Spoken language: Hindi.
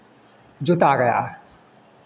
जोता गया है